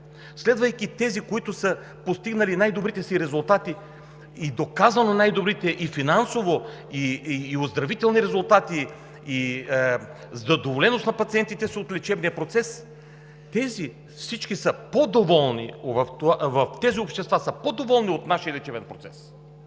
Следвайки тези, които са постигнали най-добрите си резултати и доказано най-добрите и финансови, и оздравителни резултати, и задоволеност на пациентите от лечебния процес – всички в тези общества са по-доволни от нашия лечебен процес.